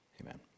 Amen